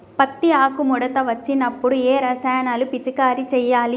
పత్తి ఆకు ముడత వచ్చినప్పుడు ఏ రసాయనాలు పిచికారీ చేయాలి?